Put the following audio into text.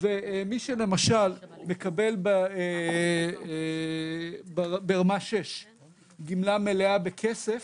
מי שלמשל מקבל ברמה 6 גמלה מלאה בכסף,